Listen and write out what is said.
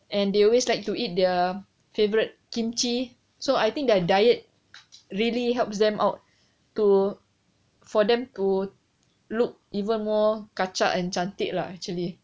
and they always like to eat their favorite kimchi so I think their diet really helps them out to for them to look even more kacak and cantik lah actually